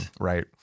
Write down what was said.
Right